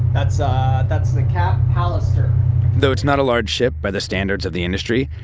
that's ah that's the cap palliser though it's not a large ship by the standards of the industry,